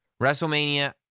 WrestleMania